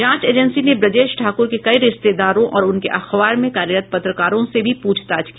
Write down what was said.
जांच एजेंसी ने ब्रजेश ठाकुर के कई रिश्तेदारों और उसके अखबार में कार्यरत पत्रकारों से भी पूछताछ की